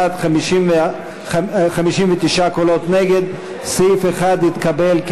(27) של קבוצת סיעת המחנה הציוני לאחר סעיף 1 לא נתקבלה.